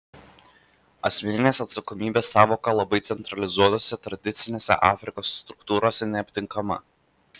asmeninės atsakomybės sąvoka labai centralizuotose tradicinėse afrikos struktūrose neaptinkama